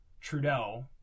Trudeau